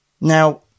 Now